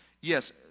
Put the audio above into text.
Yes